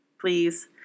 Please